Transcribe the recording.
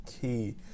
key